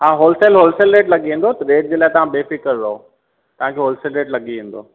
हा wholesale wholesale rate लॻी वेंदो त रेट जे लाइ तव्हां बेफ़िक्र रहो तव्हांखे होलसेल रेट लॻी वेंदो